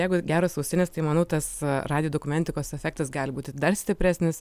jeigu geros ausinės tai manau tas radijo dokumentikos efektas gali būti dar stipresnis